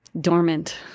dormant